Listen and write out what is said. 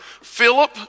Philip